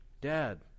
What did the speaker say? dad